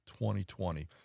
2020